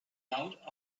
out